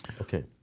Okay